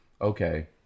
okay